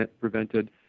prevented